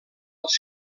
als